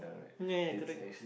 correct